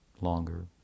longer